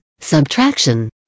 subtraction